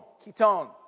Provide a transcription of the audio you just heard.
ketone